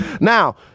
now